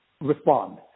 respond